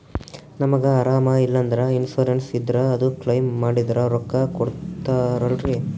ನಮಗ ಅರಾಮ ಇಲ್ಲಂದ್ರ ಇನ್ಸೂರೆನ್ಸ್ ಇದ್ರ ಅದು ಕ್ಲೈಮ ಮಾಡಿದ್ರ ರೊಕ್ಕ ಕೊಡ್ತಾರಲ್ರಿ?